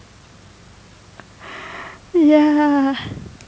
ya